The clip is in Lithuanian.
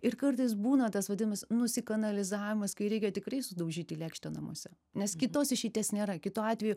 ir kartais būna tas vadinamas nusikanalizavimas kai reikia tikrai sudaužyti lėkštę namuose nes kitos išeities nėra kitu atveju